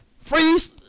freeze